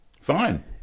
fine